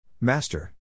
Master